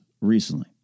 recently